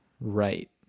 right